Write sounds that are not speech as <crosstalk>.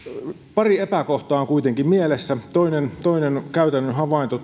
pari epäkohtaa on kuitenkin mielessä toinen on käytännön havainto <unintelligible>